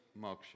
moksha